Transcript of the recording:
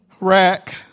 Rack